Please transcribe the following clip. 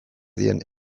diren